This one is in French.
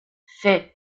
sept